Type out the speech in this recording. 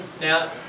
Now